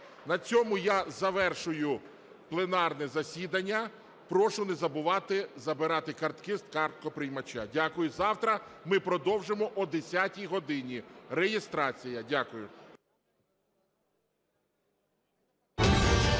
на цьому я завершую пленарне засідання. Прошу не забувати забирати картки з карткоприймача. Дякую. Завтра ми продовжимо о 10 годині. Реєстрація. Дякую.